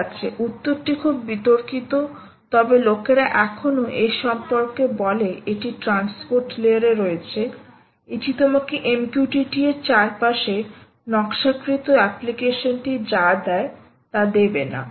ঠিক আছে উত্তরটি খুব বিতর্কিত তবে লোকেরা এখনও এ সম্পর্কে বলে এটি ট্রান্সপোর্ট লেয়ার এ রয়েছে এটি তোমাকে MQTT এর চারপাশে নকশাকৃত অ্যাপ্লিকেশনটি যা দেয় তা দেবে না